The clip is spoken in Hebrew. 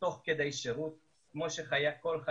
מכיר כמובן את הפעילות